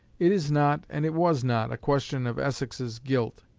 it is not, and it was not, a question of essex's guilt.